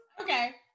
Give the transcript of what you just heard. Okay